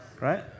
Right